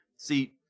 See